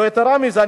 יתירה מזאת,